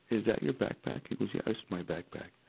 is that your backpack? he goes, yeah, that's my backpack.